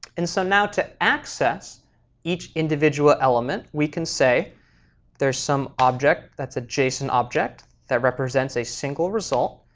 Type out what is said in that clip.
and so now to access each individual element we can say there's some object that's a json object that represents a single result,